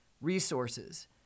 resources